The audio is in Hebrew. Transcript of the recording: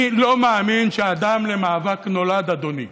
אני לא מאמין שאדם למאבק נולד, אדוני,